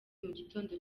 mugitondo